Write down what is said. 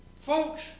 Folks